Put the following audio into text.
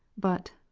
but,